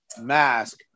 mask